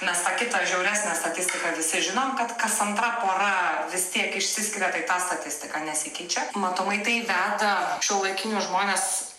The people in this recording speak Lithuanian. mes tą kitą žiauresnę statistiką visi žinom kad kas antra pora vis tiek išsiskiria tai ta statistika nesikeičia matomai tai veda šiuolaikinius žmones